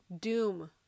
Doom